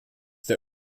der